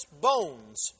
bones